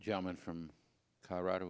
gentleman from colorado